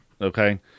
okay